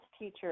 teacher